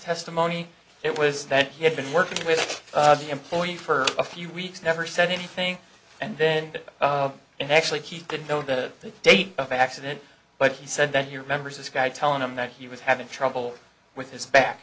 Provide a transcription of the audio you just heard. testimony it was that he had been working with the employee for a few weeks never said anything and then and actually he didn't know the date of the accident but he said that he remembers this guy telling him that he was having trouble with his back